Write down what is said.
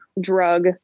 drug